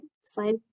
slide